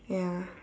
ya